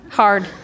hard